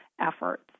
efforts